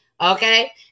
okay